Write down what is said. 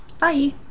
Bye